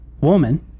woman